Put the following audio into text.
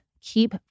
keep